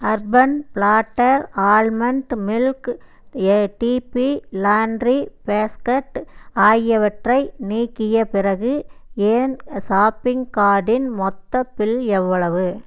urban platter almond milk டிபி laundry basket ஆகியவற்றை நீக்கிய பிறகு என் ஷாப்பிங் கார்ட்டின் மொத்த பில் எவ்வளவு